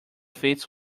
fits